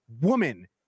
woman